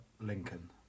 Lincoln